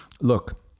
Look